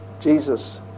Jesus